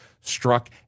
struck